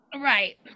right